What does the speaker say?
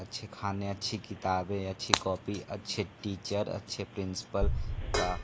अच्छे खाने अच्छी किताबें अच्छी कॉपी अच्छे टीचर अच्छे प्रिंसिपल का